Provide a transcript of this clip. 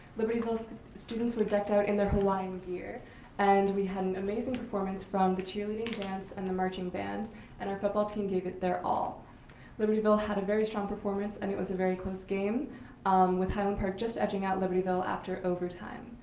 libertyville so students were decked out in their hawaiian gear and we had an amazing performance from the cheerleading, dance, and the marching band and our football team gave it their ah libertyville had a very strong performance and it was a very close game with highland park just edging out libertyville after overtime.